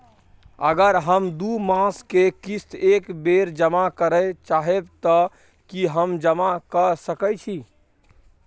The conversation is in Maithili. अगर हम दू मास के किस्त एक बेर जमा करे चाहबे तय की हम जमा कय सके छि?